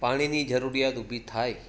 પાણીની જરૂરિયાત ઊભી થાય